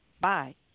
Bye